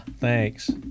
thanks